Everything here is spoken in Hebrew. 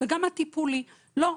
וגם הטיפולי לא,